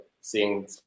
seeing